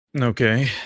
Okay